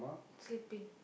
sleeping